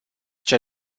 cea